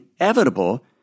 inevitable